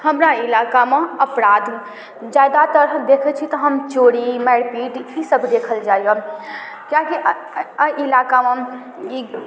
हमरा इलाकामे अपराध जादातर हम देखै छी तऽ चोरी मारिपीट ईसब देखल जाइए कियाकि एहि इलाकामे ई